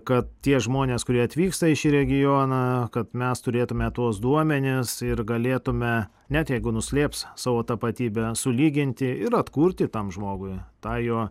kad tie žmonės kurie atvyksta į šį regioną kad mes turėtume tuos duomenis ir galėtume net jeigu nuslėps savo tapatybę sulyginti ir atkurti tam žmogui tą jo